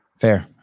Fair